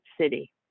city